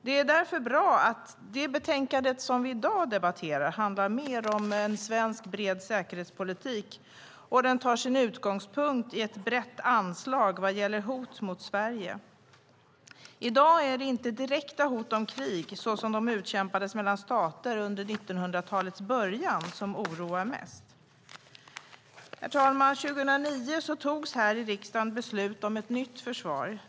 Det är därför bra att det betänkande vi i dag debatterar handlar mer om en svensk bred säkerhetspolitik, och den tar sin utgångspunkt i ett brett anslag vad gäller hot mot Sverige. I dag är det inte fråga om direkta hot om krig såsom de utkämpades mellan stater under 1900-talets början som oroar mest. Herr talman! År 2009 fattades här i riksdagen beslut om ett nytt försvar.